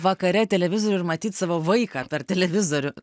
vakare televizorių ir matyt savo vaiką per televizorių